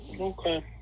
Okay